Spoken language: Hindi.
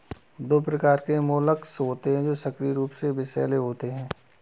दो प्रकार के मोलस्क होते हैं जो सक्रिय रूप से विषैले होते हैं